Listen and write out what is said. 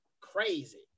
crazy